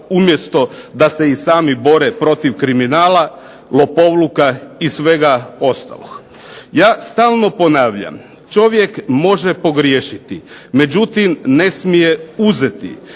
umjesto da se i sami bore protiv kriminala, lopovluka i svega ostalog. Ja stalno ponavljam, čovjek može pogriješiti međutim ne smije uzeti.